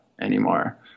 anymore